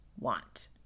want